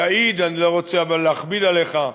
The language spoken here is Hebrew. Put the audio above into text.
ויעיד, אבל אני לא רוצה להכביד עליך,